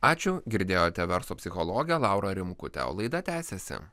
ačiū girdėjote verslo psichologę laurą rimkutę o laida tęsiasi